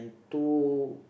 two